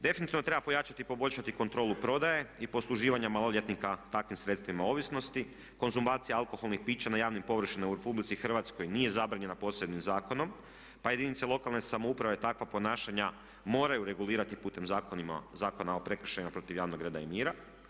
Definitivno treba pojačati i poboljšati kontrolu prodaje i posluživanja maloljetnika takvim sredstvima ovisnosti, konzumacija alkoholnih pića na javnim površinama u Republici Hrvatskoj nije zabranjena posebnim zakonom pa jedinice lokalne samouprave takva ponašanja moraju regulirati putem Zakona o prekršajima protiv javnog reda i mira.